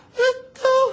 little